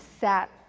sat